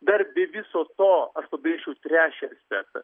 dar be viso to aš pabrėžčiau trečią aspektą